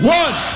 one